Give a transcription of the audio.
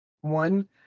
One